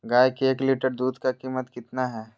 गाय के एक लीटर दूध का कीमत कितना है?